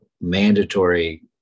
mandatory